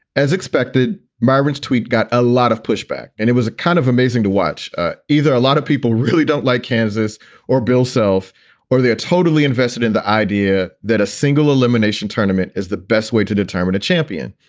as expected, migrants' tweet got a lot of pushback and it was a kind of amazing to watch. either a lot of people really don't like kansas or bill self or they are totally invested in the idea that a single elimination tournament is the best way to determine a champion.